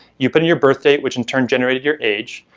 you put in your birthday which in turn generated your age.